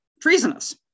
treasonous